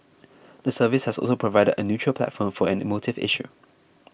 the service has also provided a neutral platform for an emotive issue